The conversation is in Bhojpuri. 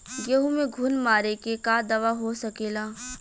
गेहूँ में घुन मारे के का दवा हो सकेला?